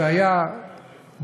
זה היה בהלול